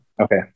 Okay